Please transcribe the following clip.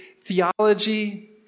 theology